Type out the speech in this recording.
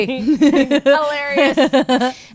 hilarious